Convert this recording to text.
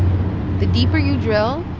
the deeper you drill,